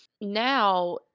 Now